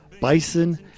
bison